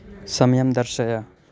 समयं दर्शय